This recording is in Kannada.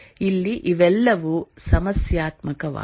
ಇಲ್ಲಿ ಇವೆಲ್ಲವೂ ಸಮಸ್ಯಾತ್ಮಕವಾಗಿವೆ